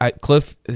Cliff